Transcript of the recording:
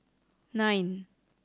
nine